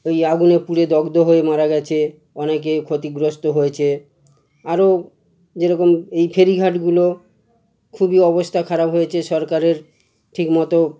ওই আগুনে পুড়ে দগ্ধ হয়ে মারা গিয়েছে অনেকে ক্ষতিগ্রস্ত হয়েছে আরও যেরকম এই ফেরিঘাটগুলোর খুবই অবস্থা খারাপ হয়েছে সরকারের ঠিক মতো